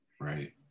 Right